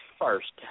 first